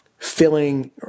Filling